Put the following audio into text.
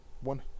One